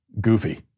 goofy